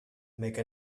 make